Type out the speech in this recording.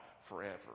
forever